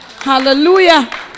Hallelujah